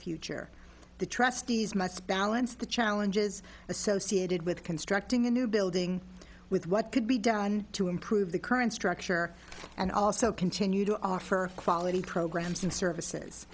future the trustees must balance the challenges associated with constructing a new building with what could be done to improve the current structure and also continue to offer quality programs and services